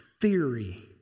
theory